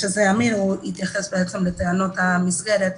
שזה אמיר יתייחס לטענות המסגרת,